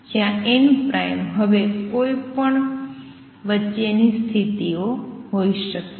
જ્યાં n હવે કોઈપણ વચ્ચેની સ્થિતિઓ હોઈ શકે છે